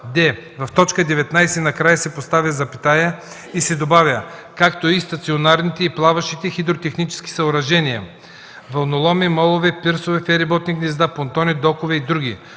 д) в т. 19 накрая се поставя запетая и се добавя „както и стационарните и плаващите хидротехнически съоръжения (вълноломи, молове, пирсове, фериботни гнезда, понтони, докове и други),